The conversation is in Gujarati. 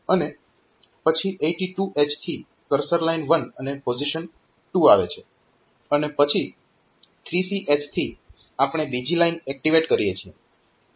અને પછી 82H થી કર્સર લાઇન 1 અને પોઝીશન 2 આવે છે અને પછી 3CH થી આપણે બીજી લાઇન એક્ટીવેટ કરીએ છીએ